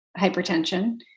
hypertension